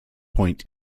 point